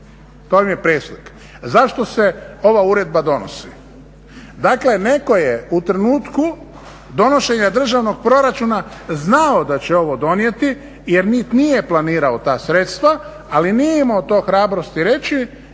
To vam je preslik. Zašto se ova Uredba donosi? Dakle, netko je u trenutku donošenja državnog proračuna znao da će ovo donijeti jer niti nije planirao ta sredstva ali nije imao to hrabrosti reći.